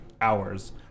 hours